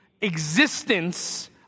existence